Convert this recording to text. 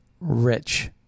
rich